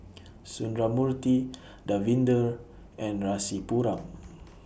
Sundramoorthy Davinder and Rasipuram